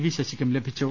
V ശശിക്കും ലഭിച്ചു